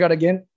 again